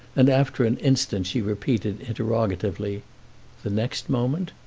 and after an instant she repeated interrogatively the next moment?